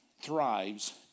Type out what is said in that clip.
thrives